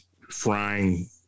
frying